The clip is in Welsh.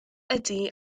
ydy